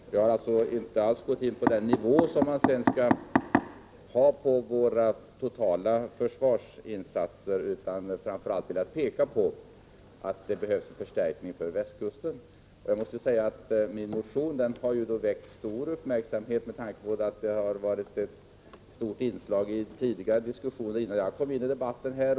Jag har inte alls gått in på vilken nivå vi skall ha på de totala försvarsinsatserna utan framför allt velat peka på att det behövs förstärkningar för västkusten. Jag måste säga att min motion har väckt stor uppmärksamhet, med tanke på att den har varit ett stort inslag i de tidigare diskussionerna, innan jag kom ini debatten.